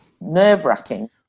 Nerve-wracking